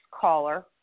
caller